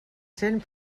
cent